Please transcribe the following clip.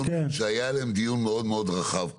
שהיה עליהם דיון מאוד מאוד רחב כאן.